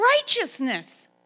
righteousness